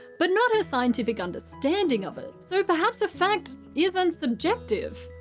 but not her scientific understanding of it. so perhaps a fact isn't subjective,